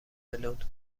بلوند